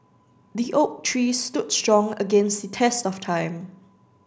the oak tree stood strong against the test of time